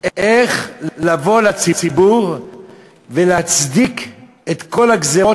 איך לבוא לציבור ולהצדיק את כל הגזירות